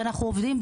עם עבודה משותפת.